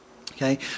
okay